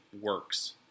works